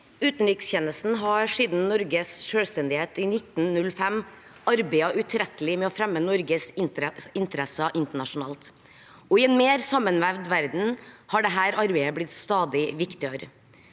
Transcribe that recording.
Utenrikstje- nesten har siden Norges selvstendighet i 1905 arbeidet utrettelig med å fremme Norges interesser internasjonalt. I en mer sammenvevd verden har dette arbeidet blitt stadig viktigere,